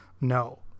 no